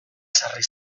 ezarri